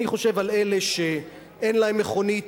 אני חושב על אלה שאין להם מכונית,